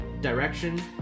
direction